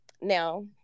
now